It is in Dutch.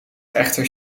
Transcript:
echter